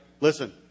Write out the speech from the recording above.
Listen